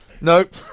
Nope